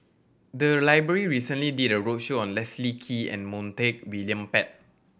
the library recently did a roadshow on Leslie Kee and Montague William Pett